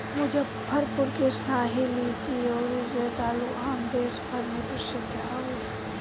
मुजफ्फरपुर के शाही लीची अउरी जर्दालू आम देस भर में प्रसिद्ध बावे